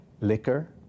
liquor